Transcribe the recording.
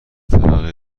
طبقه